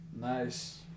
nice